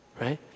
right